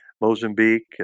mozambique